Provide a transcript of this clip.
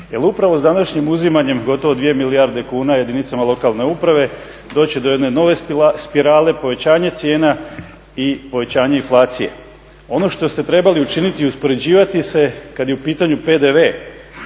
upravo s današnjim uzimanjem gotovo 2 milijarde kuna jedinicama lokalne uprave doći će do jedne nove spirale, povećanje cijena i povećanje inflacije. Ono što ste trebali učiniti i uspoređivati se kad je u pitanju PDV,